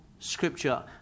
scripture